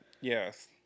Yes